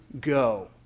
go